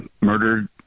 murdered